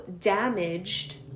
damaged